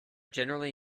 generally